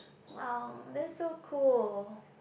!wow! that's so cool